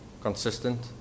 consistent